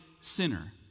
sinner